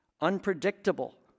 unpredictable